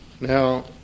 Now